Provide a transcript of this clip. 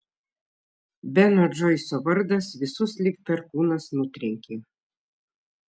beno džoiso vardas visus lyg perkūnas nutrenkė